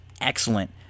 excellent